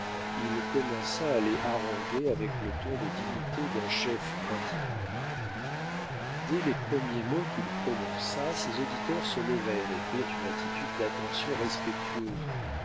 il commença à les haranguer avec le ton de dignité d'un chef indien dès les premiers mots qu'il prononça ses auditeurs se levèrent et prirent une attitude d'attention respectueuse